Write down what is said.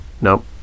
Nope